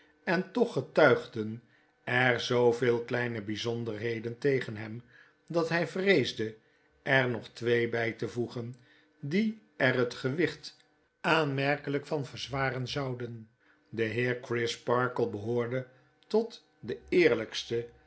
en toch getuigden er zooveel kleine bijzonderheden tegen hem dat hij vreesde er nog twee bij te voegen die er het gewicht aanmerkelijk van verzwaren zouden de heer crisparkle behoorde tot de eerlijkste